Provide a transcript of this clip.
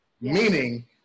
meaning